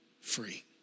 free